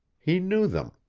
he knew them.